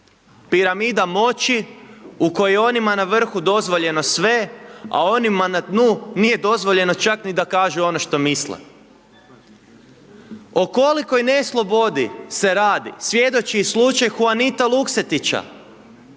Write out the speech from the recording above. Piramida moći u kojoj je onima na vrhu dozvoljeno sve a onima na snu nije dozvoljeno čak ni da kažu ono što misle. O kolikoj neslobodi se radi svjedoči slučaj Juanita Luksetića.